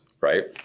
right